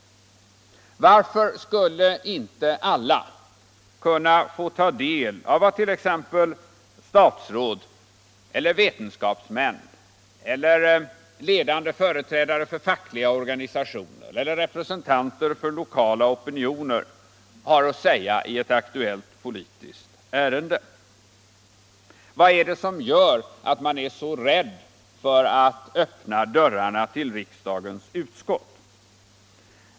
Varför skulle inte alla kunna ta del av vad t.ex. statsråd, vetenskapsmän, ledande företrädare för fackliga organisationer eller representanter för lokala opinioner har att säga till utskottet i ett aktuellt politiskt ärende? Vad är det som gör att man är så rädd för att öppna dörrarna till riksdagens utskott?